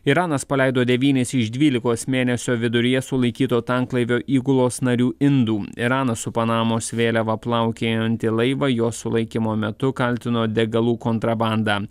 iranas paleido devynis iš dvylikos mėnesio viduryje sulaikyto tanklaivio įgulos narių indų iranas su panamos vėliava plaukiojantį laivą jo sulaikymo metu kaltino degalų kontrabanda